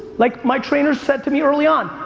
like my trainer said to me early on,